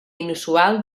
inusual